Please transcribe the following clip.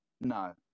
no